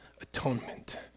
atonement